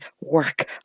work